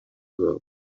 well